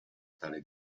tale